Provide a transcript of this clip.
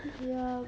ya